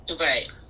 right